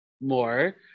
more